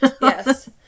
yes